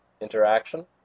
interaction